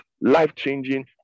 life-changing